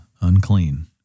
unclean